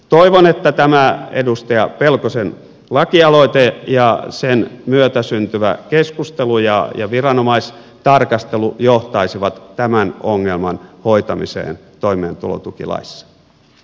toivon että tämä edustaja pelkosen lakialoite ja sen myötä syntyvä keskustelu ja viranomaistarkastelu johtaisivat tämän ongelman hoitamiseen toimeentulotukilaissa